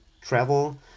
travel